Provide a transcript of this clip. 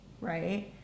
right